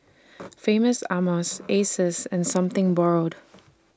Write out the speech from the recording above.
Famous Amos Asus and Something Borrowed